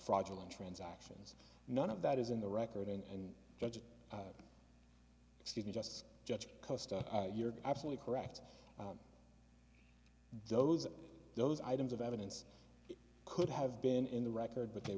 fraudulent transactions none of that is in the record and judge excuse me just judge you're absolutely correct those those items of evidence could have been in the record but they